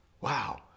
Wow